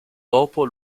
dopo